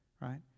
right